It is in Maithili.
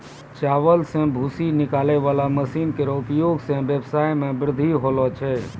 चावल सें भूसी निकालै वाला मसीन केरो उपयोग सें ब्यबसाय म बृद्धि होलो छै